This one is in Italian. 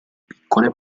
piccole